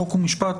חוק ומשפט,